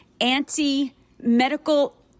anti-medical